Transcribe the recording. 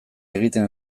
egiten